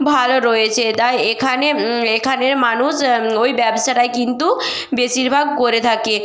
ভালো রয়েছে তাই এখানে এখানের মানুষ ওই ব্যবসাটাই কিন্তু বেশিরভাগ করে থাকে